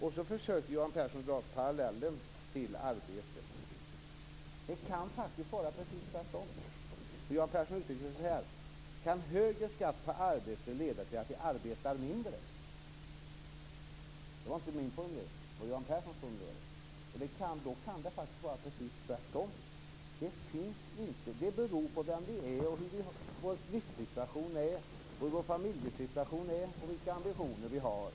Sedan försöker Johan Pehrson dra parallellen till arbete. Det kan faktiskt vara precis tvärtom. Johan Pehrson uttrycker det som att högre skatt på arbete kan leda till att vi arbetar mindre. Det var inte min formulering. Det var Johan Pehrsons formulering. Det kan faktiskt vara precis tvärtom. Det beror på vilka vi är, på vilken livssituation vi har, på hur vår familjesituation är och på vilka ambitioner vi har.